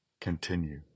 Continue